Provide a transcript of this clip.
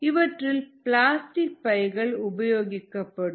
இவற்றில் பிளாஸ்டிக் பைகள் உபயோகிக்கப்படும்